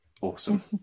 Awesome